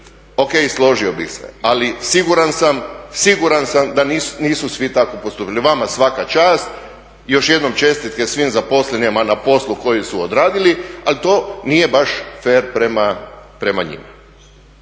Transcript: ok, složio bih se, ali siguran sam da nisu svi tako postupili. Vama svaka čast, još jednom čestitke svim zaposlenima na poslu koji su odradili, ali to nije baš fer prema njima.